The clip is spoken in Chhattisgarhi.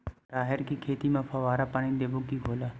राहेर के खेती म फवारा पानी देबो के घोला?